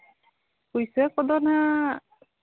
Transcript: ᱯᱩᱭᱥᱟᱹ ᱠᱚᱫᱚ ᱦᱟᱸᱜ